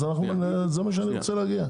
לזה אני רוצה להגיע.